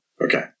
Okay